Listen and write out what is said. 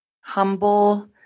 humble